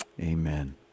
Amen